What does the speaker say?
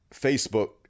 Facebook